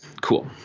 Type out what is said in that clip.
cool